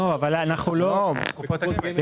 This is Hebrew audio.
בקופות הגמל.